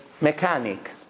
mechanic